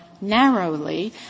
narrowly